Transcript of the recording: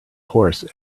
horse